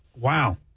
Wow